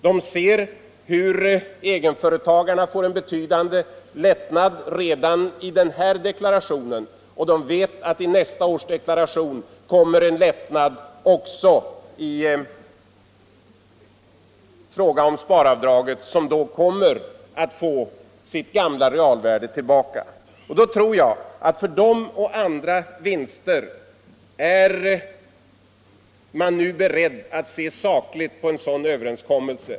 De ser hur egenföretagarna får en betydande lättnad redan i årets deklaration, och de vet att också i nästa års deklaration kommer en lättnad i form av spar avdraget som då kommer att få sitt gamla realvärde tillbaka. Jag tror att man på grund av dessa och andra vinster är beredd att se sakligt på en sådan överenskommelse.